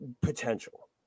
potential